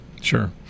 sure